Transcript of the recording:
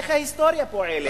איך ההיסטוריה פועלת.